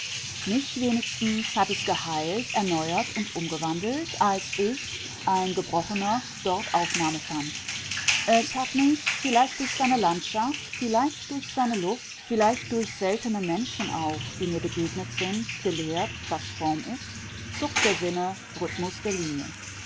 mich wenigstens hat es geheilt erneuert und umgewandelt als ich ein gebrochener dort aufnahme fand es hat mich vielleicht durch seine landschaft vielleicht durch seine luft vielleicht durch seltene menschen auch die mir begegnet sind gelehrt was form ist zucht der sinne rhythmus der linie